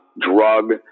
drug